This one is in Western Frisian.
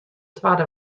twadde